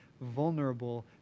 vulnerable